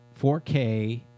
4K